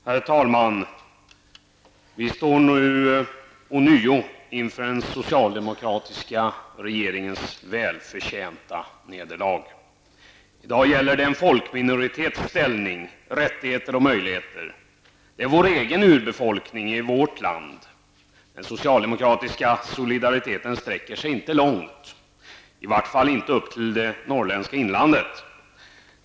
Herr talman! Vi står ånyo inför den socialdemokratiska regeringens välförtjänta nederlag. I dag gäller det en folkminoritets ställning, rättigheter och möjligheter. Det är vår egen urbefolkning i vårt eget land. Den socialdemokratiska solidariteten sträcker sig inte långt, i vart fall inte upp till det norrländska inlandet.